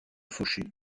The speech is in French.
faucher